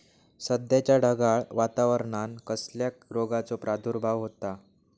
सध्याच्या ढगाळ वातावरणान कसल्या रोगाचो प्रादुर्भाव होता?